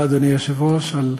תודה, אדוני היושב-ראש, על